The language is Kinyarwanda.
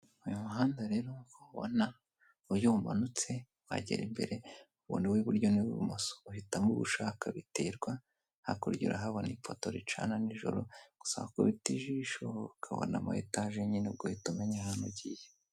Uyu muhanda rero ubona iyo uwumanutse, wagera imbere ubona uw'iburyo n'uw'ibumoso. Uhitamo uw'ushaka biterwa, hakurya urahabona ifoto ricana nijoro, gusa wakubita ijisho ukabona ama etage nyine ugahita umenya ahantu ugiye.